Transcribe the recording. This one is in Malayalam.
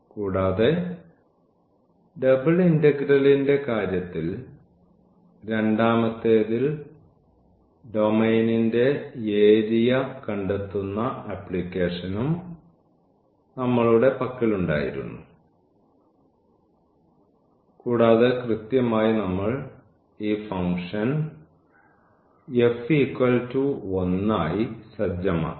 കൂടാതെ ഡബിൾ ഇന്റഗ്രലിന്റെ കാര്യത്തിൽ രണ്ടാമത്തേതിൽ ഡൊമെയ്നിന്റെ ഏരിയ കണ്ടെത്തുന്ന ആപ്ലിക്കേഷനും നമ്മളുടെ പക്കലുണ്ടായിരുന്നു കൂടാതെ കൃത്യമായി നമ്മൾ ഈ ഫംഗ്ഷൻ f 1 ആയി സജ്ജമാക്കി